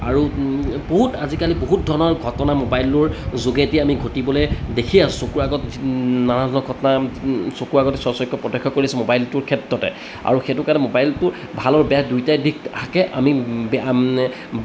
আৰু বহুত আজিকালি বহুত ধৰণৰ ঘটনা মোবাইলটোৰ যোগেদি আমি ঘটিবলৈ দেখি আছোঁ চকুৰ আগত নানা ধৰণৰ ঘটনা চকুৰ আগতে স্বচক্ষে প্ৰতক্ষ্য় কৰি আছোঁ মোবাইলটোৰ ক্ষেত্ৰতে আৰু সেইটো কাৰণে মোবাইলটো ভাল আৰু বেয়া দুয়োটাই দিশ থাকে আমি